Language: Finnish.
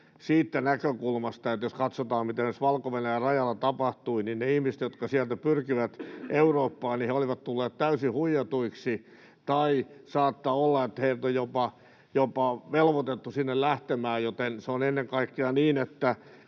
siitä näkökulmasta, että jos katsotaan, mitä esimerkiksi Valko-Venäjän rajalla tapahtui, niin ne ihmiset, jotka sieltä pyrkivät Eurooppaan, olivat tulleet täysin huijatuiksi, tai saattaa olla, että heidät on jopa velvoitettu sinne lähtemään. Joten se on ennen kaikkea niin, että